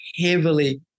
heavily